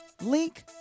link